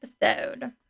episode